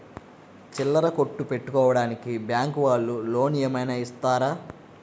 చిల్లర కొట్టు పెట్టుకోడానికి బ్యాంకు వాళ్ళు లోన్ ఏమైనా ఇస్తారా?